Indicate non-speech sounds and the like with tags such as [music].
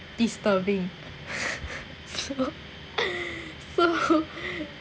disturbing [laughs] so so